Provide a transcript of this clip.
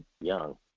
young